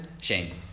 Shane